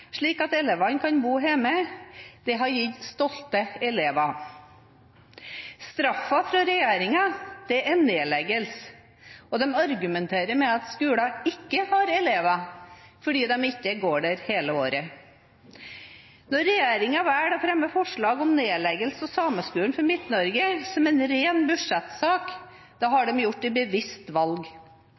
slik at elevene kan bo hjemme, har gitt stolte elever. Straffen fra regjeringen er nedleggelse, og de argumenterer med at skolen ikke har elever fordi de ikke går der hele året. Når regjeringen velger å fremme forslag om nedleggelse av Sameskolen for Midt-Norge som en ren budsjettsak, har de gjort et bevisst valg.